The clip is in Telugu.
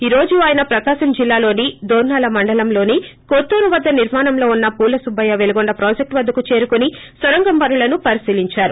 ఈ రోజు ఆయన ప్రకాశం జిల్లాలోని దోర్పాల మండలంలోని కొత్తూరు వద్ద నిర్శాణంలో ఉన్న పూల సుబ్బయ్య వెలిగొండ ప్రాజెక్ష్ వద్దకు చేరుకుని నొరంగం పనులను పరిశీల్ంచారు